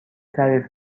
تعریف